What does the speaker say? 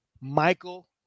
Michael